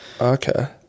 Okay